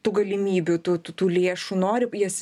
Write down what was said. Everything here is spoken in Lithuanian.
tų galimybių tų tų lėšų nori jas